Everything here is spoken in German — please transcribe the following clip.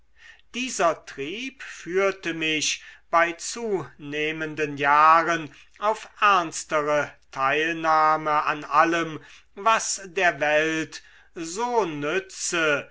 dieser trieb führte mich bei zunehmenden jahren auf ernstere teilnahme an allem was der welt so nütze